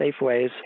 Safeways